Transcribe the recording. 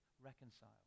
reconcile